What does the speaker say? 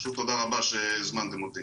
תודה רבה שהזמנתם אותי.